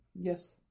yes